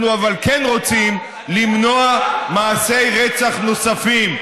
אבל אנחנו כן רוצים למנוע מעשי רצח נוספים,